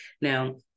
Now